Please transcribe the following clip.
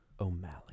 O'Malley